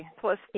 plus